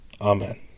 Amen